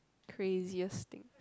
craziest thing